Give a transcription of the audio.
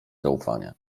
zaufanie